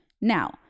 Now